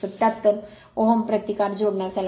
77 ohm प्रतिकार जोडण्यास आला